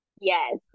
Yes